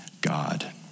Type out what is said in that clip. God